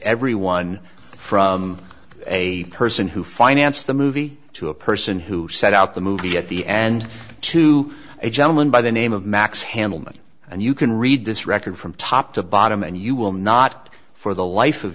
everyone from a person who financed the movie to a person who set out the movie at the end to a gentleman by the name of max handelman and you can read this record from top to bottom and you will not for the life of